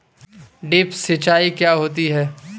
Drip सिंचाई क्या होती हैं?